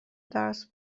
درس